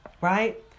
Right